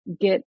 get